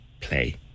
play